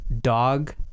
dog